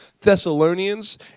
Thessalonians